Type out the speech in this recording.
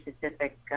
Pacific